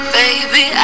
baby